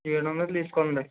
ఏడొందలు తీసుకోండి